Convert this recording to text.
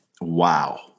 Wow